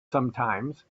sometimes